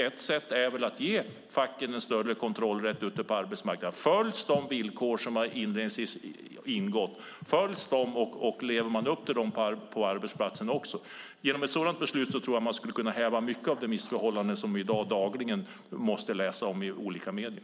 Ett sätt är väl att ge facken större kontrollrätt på arbetsmarknaden. Det gäller om de villkor som man inledningsvis har kommit överens om följs och om man lever upp till dem även på arbetsplatsen. Genom ett sådant beslut tror jag att man skulle kunna häva mycket av de missförhållanden som vi i dag dagligen måste läsa om i olika medier.